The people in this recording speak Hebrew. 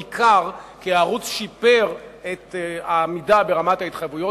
ניכר כי הערוץ שיפר את רמת העמידה בהתחייבויות.